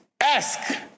ask